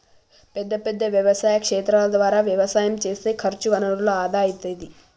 పెద్ద పెద్ద వ్యవసాయ క్షేత్రాల ద్వారా వ్యవసాయం చేస్తే ఖర్చు వనరుల ఆదా అయితది